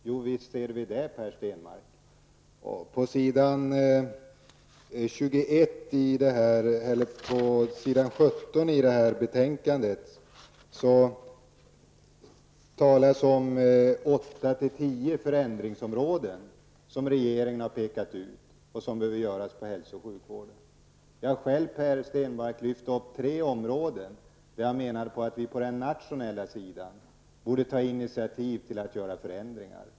Jovisst ser vi det, Per På s. 17 i betänkandet talas om 8--10 områden inom hälso och sjukvården som regeringen har pekat ut där det behöver göras förändringar. Jag har själv, Per Stenmarck, lyft fram tre områden där jag menar att vi på den nationella sidan borde ta initiativ till förändringar.